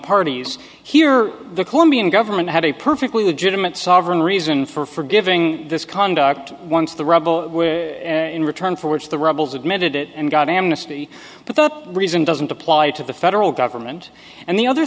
parties here are the colombian government had a perfectly legitimate sovereign reason for giving this conduct once the rubble in return for which the rebels admitted it and got amnesty but the reason doesn't apply to the federal government and the other